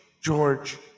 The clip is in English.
George